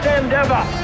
endeavor